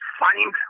find